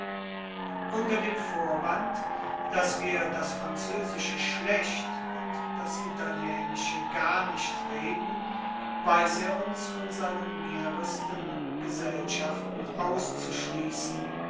unter dem vorwand daß wir das französische schlecht und das italienische gar nicht reden weiß er uns von seinen mehresten gesellschaften auszuschließen